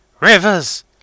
rivers